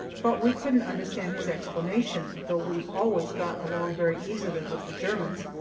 but we couldn't understand his explanation, though we always got along very easily with the germans,